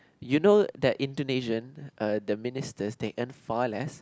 you know that Indonesian uh the ministers they earn far less